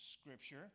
scripture